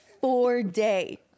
four-day